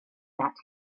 that